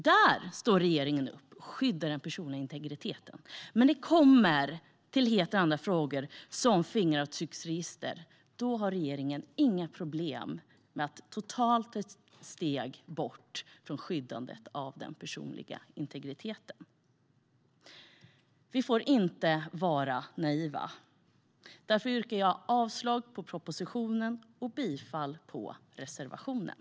Där står regeringen upp och skyddar den personliga integriteten, men när det kommer till helt andra frågor som fingeravtrycksregister har den inga problem med att ta steg bort från skyddandet av den personliga integriteten. Vi får inte vara naiva. Därför yrkar jag avslag på propositionen och bifall till reservationen.